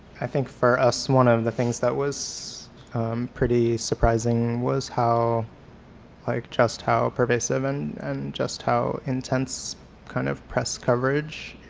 i think for us one of the things that was pretty surprising was how like just how pervasive and and just how intense kind of press coverage